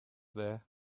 there